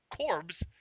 Corbs